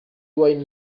wine